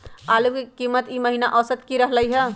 आलू के कीमत ई महिना औसत की रहलई ह?